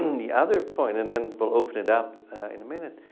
the other point and then we'll open it up in a minute,